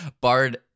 Bard